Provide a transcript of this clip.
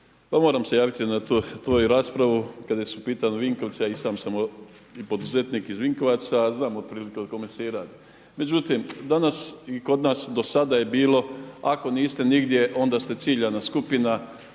moram se javiti na tu vašu raspravu kada su u pitanju Vinkovci, a i sam sam poduzetnik iz Vinkovaca i znam otprilike o kome se i radi. Međutim, danas i kod nas do sada je bilo ako niste nigdje onda ste ciljana skupina